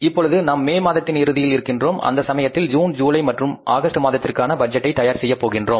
இப்பொழுது நாம் மே மாதத்தின் இறுதியில் இருக்கின்றோம் இந்த சமயத்தில் ஜூன் ஜூலை மற்றும் ஆகஸ்ட் மாதத்திற்கான பட்ஜெட்டை தயார் செய்ய போகின்றோம்